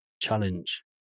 challenge